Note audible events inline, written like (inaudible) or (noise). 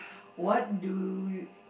(breath) what do y~